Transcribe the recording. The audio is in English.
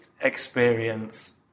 experience